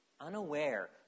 Unaware